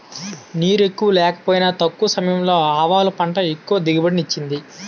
నీరెక్కువ లేకపోయినా తక్కువ సమయంలో ఆవాలు పంట ఎక్కువ దిగుబడిని ఇచ్చింది